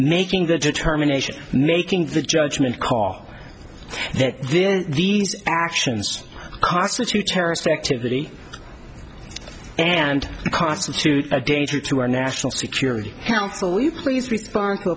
making the determination making the judgment call that then these actions constitute terrorist activity and constitute a danger to our national security council we please respond to